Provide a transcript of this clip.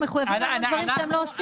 הם מחויבים להמון דברים שהם לא עושים.